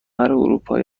اروپایی